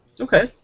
Okay